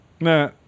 Nah